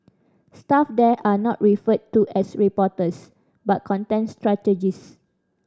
staff there are not referred to as reporters but content strategist